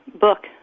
book